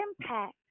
impact